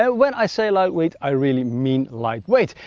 ah when i say lightweight, i really mean lightweight.